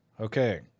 Okay